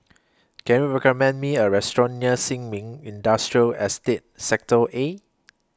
Can YOU recommend Me A Restaurant near Sin Ming Industrial Estate Sector A